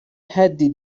حدی